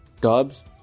Dubs